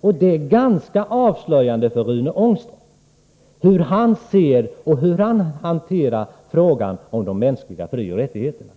Det är ganska avslöjande för hur Rune Ångström ser på och hanterar frågan om de mänskliga frioch rättigheterna.